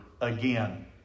again